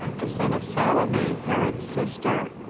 the son of salome, herod's sister.